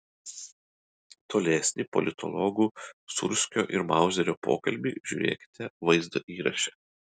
tolesnį politologų sūrskio ir mauzerio pokalbį žiūrėkite vaizdo įraše